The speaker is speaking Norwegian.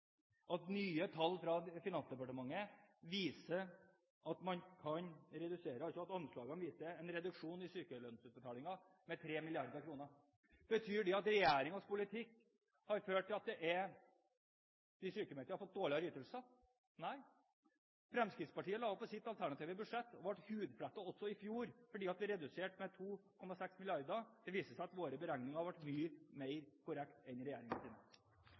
at nye tall – anslag fra Finansdepartementet – viser en reduksjon i sykelønnsutbetalinger med 3 mrd. kr. Betyr det at regjeringens politikk har ført til at de sykmeldte har fått dårligere ytelser? Nei. Fremskrittspartiet la i sitt alternative budsjett i fjor opp til en reduksjon på 2,6 mrd. kr, og ble hudflettet. Det viser seg at våre beregninger ble mye mer korrekte enn